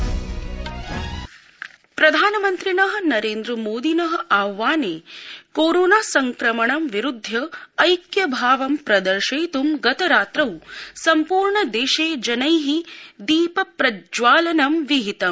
प्रधानमंत्री प्रधानमंत्रिण नरेन्द्रमोदिन आह्वाहने कोरोना संक्रमणं विरूध्य ऐक्यभावं प्रदर्शयितुं गतरात्रौ संपूर्ण देशे जनै दीपप्रज्ज्वालनं विहितम्